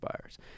buyers